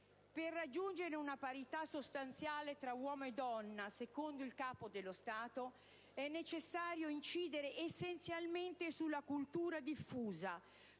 «Per raggiungere una parità sostanziale tra uomo e donna», secondo il Capo dello Stato, «è necessario incidere essenzialmente sulla cultura diffusa,